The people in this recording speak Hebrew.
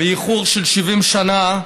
באיחור של 70 שנה,